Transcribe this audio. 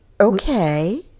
okay